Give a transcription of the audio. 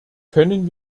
können